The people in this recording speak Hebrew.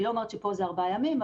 אני לא אומרת שפה זה ארבעה ימים,